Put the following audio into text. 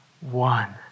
one